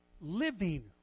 living